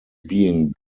being